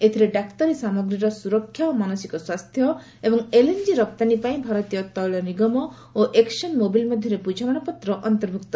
ଏଥିରେ ଡାକ୍ତରୀ ସାମଗ୍ରୀର ସ୍ୱରକ୍ଷା ଓ ମାନସିକ ସ୍ୱାସ୍ଥ୍ୟ ଏବଂ ଏଲ୍ଏନ୍ଜି ରପ୍ତାନୀ ପାଇଁ ଭାରତୀୟ ତୈଳ ନିଗମ ଓ ଏକସନ୍ ମୋବିଲ୍ ମଧ୍ୟରେ ବୁଝାମଣାପତ୍ର ଅନ୍ତର୍ଭୁକ୍ତ